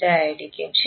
5 ആയിരിക്കും